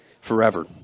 forever